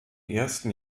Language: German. ersten